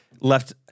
left